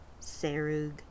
Serug